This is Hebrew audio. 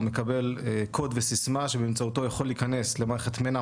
הוא מקבל קוד וסיסמה שבאמצעותם הוא יכול להיכנס למערכת מנע,